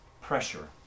pressure